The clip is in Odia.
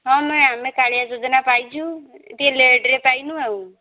ହଁ ମା ଆମେ କାଳିଆ ଯୋଜନା ପାଇଛୁ ଟିକେ ଲେଟ୍ରେ ପାଇଲୁ ଆଉ